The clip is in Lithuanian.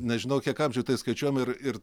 nežinau kiek amžių tai skaičiuojama ir ir